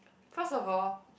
first of all